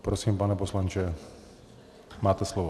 Prosím, pane poslanče, máte slovo.